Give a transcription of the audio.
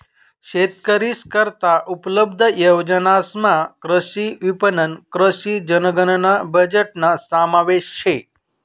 शेतकरीस करता उपलब्ध योजनासमा कृषी विपणन, कृषी जनगणना बजेटना समावेश शे